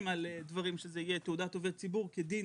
על דברים שזה יהיה תעודת עובד ציבור כדין